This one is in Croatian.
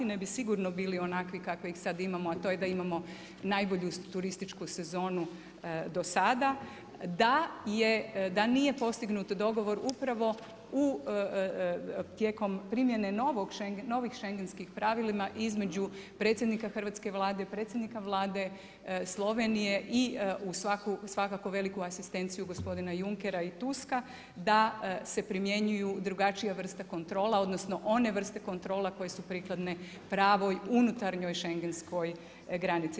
Ne bi sigurno bili onakvi kakve sad imamo, a to je da imamo najbolju turističku sezonu do sada, da nije postignut dogovor upravo tijekom primjene novih schengenskih pravila između predsjednika hrvatske Vlade, predsjednika Vlade Slovenije i u svakako veliku asistenciju gospodina Junckera i Tuska, da se primjenjuju drugačije vrste kontrola, odnosno one vrste kontrola koje su prikladne pravoj unutarnjoj Schengenskoj granici.